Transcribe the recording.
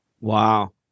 wow